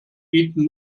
bieten